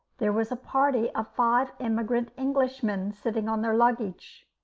there was a party of five immigrant englishmen sitting on their luggage.